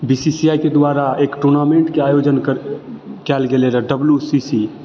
B C C I के द्वारा एक टूर्नामेंटके आयोजन कर कयल गेलय रऽ डब्लू सी सी